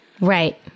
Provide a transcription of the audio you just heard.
Right